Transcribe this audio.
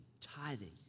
tithing